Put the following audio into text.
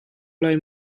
lai